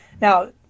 Now